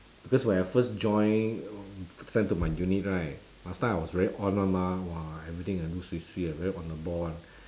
because when I first joined send to my unit right last time I was very on [one] mah everything I do swee swee I very on the ball [one]